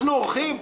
אנחנו אורחים.